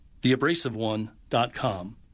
theabrasiveone.com